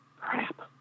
crap